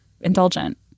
indulgent